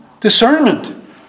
discernment